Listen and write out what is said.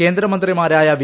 കേന്ദ്ര മന്ത്രിമാരായ വി